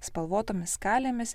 spalvotomis skalėmis